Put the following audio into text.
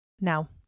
Now